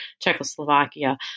Czechoslovakia